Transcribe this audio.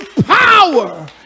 power